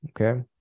Okay